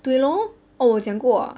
对咯 oh 我讲过啊